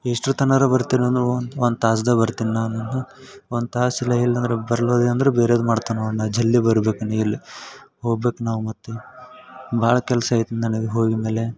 ಎಷ್ಟ್ರ ತನಕ ಬರ್ತೀರಿ ನೀವು ಒಂದು ತಾಸ್ದಾಗಿ ಬರ್ತೀನಿ ನಾನುನು ಒಂದು ತಾಸಲ್ಲ ಏನಿಲ್ಲ ಬರ್ಲ್ ಹೋದೆ ಅಂದ್ರೆ ಬೇರೆದು ಮಾಡ್ತೀನಿ ನೋಡಿ ನಾನು ಜಲ್ದಿ ಬರಬೇಕು ನೀ ಇಲ್ಲಿ ಹೋಗ್ಬೇಕು ನಾವು ಮತ್ತು ಭಾಳ ಕೆಲಸ ಐತಿ ನನ್ಗ ಹೋಗಿದ್ಮೇಲೆ